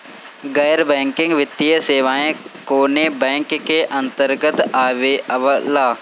गैर बैंकिंग वित्तीय सेवाएं कोने बैंक के अन्तरगत आवेअला?